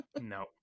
No